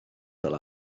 fel